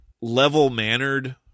level-mannered